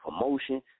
promotion